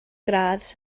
gradd